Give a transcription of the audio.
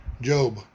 Job